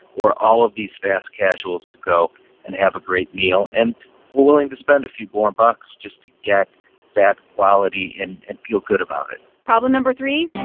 or all of these fast casuals, to go and have a great meal and were willing to spend a few more bucks just to get that quality and feel good about it problem no. three.